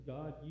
God